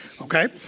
okay